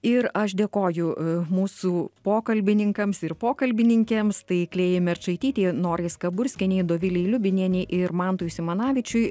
ir aš dėkoju mūsų pokalbininkams ir pokalbininkėms tai klėjai merčaitytei norai skaburskienei dovilei liubinienei ir mantui simanavičiui